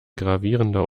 gravierender